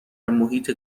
محیط